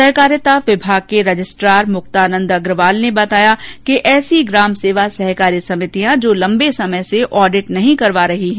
सहकारिता विभाग के रजिस्ट्रार मुक्तानंद अग्रवाल ने बताया कि ऐसी ग्राम सेवा सहकारी समितियां जो लंबे समय से ऑडिट नहीं करवा रही हैं